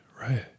right